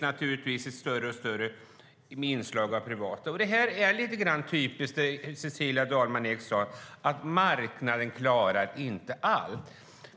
Därtill finns ett allt större inslag av privata vårdgivare. Det som Cecilia Dalman Eek sade är typiskt: Marknaden klarar inte allt.